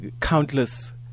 countless